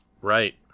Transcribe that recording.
Right